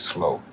Slow